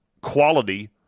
quality